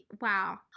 Wow